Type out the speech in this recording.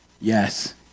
Yes